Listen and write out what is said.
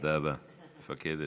תודה רבה, המפקדת.